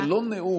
זה לא נאום,